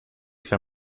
für